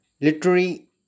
Literary